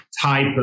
type